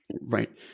Right